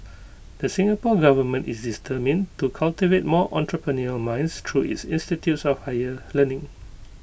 the Singapore Government is determined to cultivate more entrepreneurial minds through its institutes of higher learning